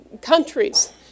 countries